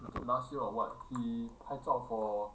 I think last year or what he 拍照 for